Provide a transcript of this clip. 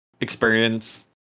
experience